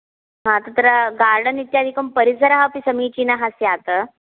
हा तत्र गार्डन् इत्यादिकं परिसरः अपि समीचिनः स्यात्